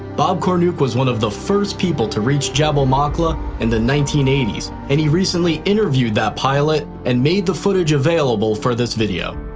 bob cornuke was one of the first people to reach jabal maqla in the nineteen eighty s and he recently interviewed that pilot and made the footage available for this video.